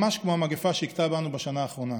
ממש כמו המגפה שהכתה בנו בשנה האחרונה.